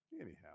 Anyhow